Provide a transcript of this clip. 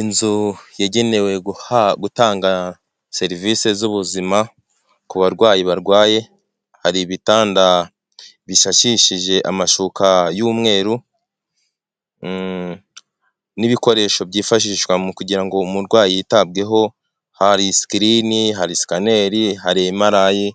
Inzu yagenewe gutanga serivisi z'ubuzima ku barwayi barwaye hari ibitanda bishakishije amashuka y'umweru n'ibikoresho byifashishwa mu kugira ngo umurwayi yitabweho hari screen, hari scanner ,hari MRI